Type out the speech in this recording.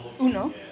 Uno